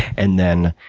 and then,